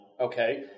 Okay